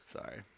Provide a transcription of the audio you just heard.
Sorry